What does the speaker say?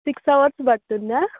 six hours పడుతుందా